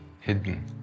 hidden